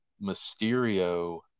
Mysterio